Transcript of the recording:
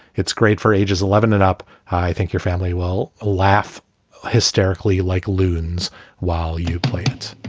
it's great for ages eleven it up. i think your family will laugh hysterically like loon's while you play it